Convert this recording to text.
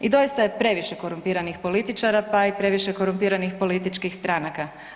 I doista je previše korumpiranih političara, pa je i previše korumpiranih političkih stranaka.